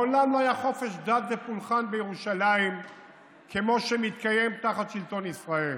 מעולם לא היה חופש דת ופולחן בירושלים כמו שמתקיים תחת שלטון ישראל,